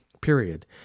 period